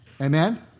Amen